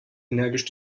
energisch